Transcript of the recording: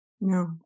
No